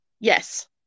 Yes